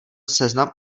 seznam